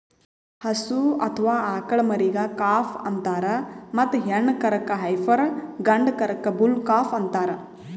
ಹಸು ಅಥವಾ ಆಕಳ್ ಮರಿಗಾ ಕಾಫ್ ಅಂತಾರ್ ಮತ್ತ್ ಹೆಣ್ಣ್ ಕರಕ್ಕ್ ಹೈಪರ್ ಗಂಡ ಕರಕ್ಕ್ ಬುಲ್ ಕಾಫ್ ಅಂತಾರ್